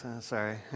sorry